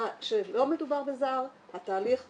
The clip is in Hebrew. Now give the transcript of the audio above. כשלא מדובר בזר התהליך זורם,